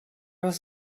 was